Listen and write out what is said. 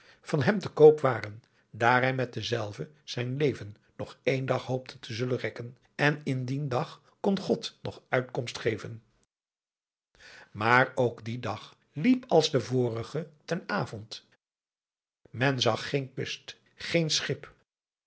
van hem te koop waren daar hij met dezelve zijn leven nog één dag hoopte te zullen rekken en in dien dag kon god nog uitkomst geven maar ook die dag liep als de vorige ten avond men zag geen kust geen schip